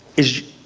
is,